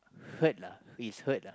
hurt lah is hurt lah